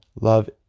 Love